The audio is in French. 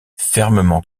fermement